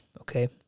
okay